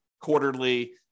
quarterly